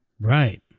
Right